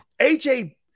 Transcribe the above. AJ